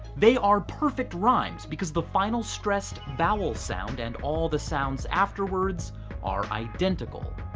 they are perfect rhymes because the final stressed vowel sound and all the sounds afterwards are identical.